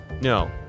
No